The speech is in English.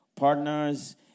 Partners